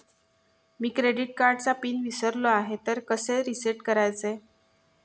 मी credit कार्डचा PIN विसरलो आहे तर कसे रीसेट करायचे?